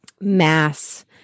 mass